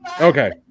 Okay